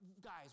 guys